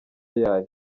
yayo